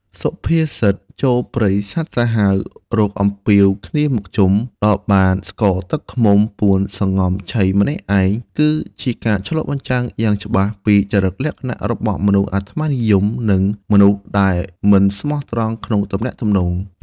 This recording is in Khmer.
សុភាសិត «ចូលព្រៃសត្វសាហាវ រកអំពាវគ្នាមកជុំ ដល់បានស្ករទឹកឃ្មុំ ពួនសំងំឆីម្នាក់ឯង» គឺជាការឆ្លុះបញ្ចាំងយ៉ាងច្បាស់ពីចរិតលក្ខណៈរបស់មនុស្សអាត្មានិយម និងមនុស្សដែលមិនស្មោះត្រង់ក្នុងទំនាក់ទំនង។